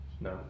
No